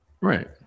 right